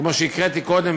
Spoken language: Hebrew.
כמו שהקראתי קודם,